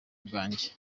bwanjye